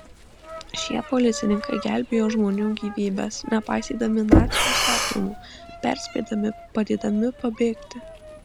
šie policininkai gelbėjo žmonių gyvybes nepaisydami nacių įsakymų perspėdami padėdami pabėgti